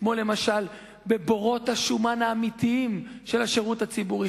כמו למשל בבורות השומן האמיתיים של השירות הציבורי,